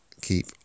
keep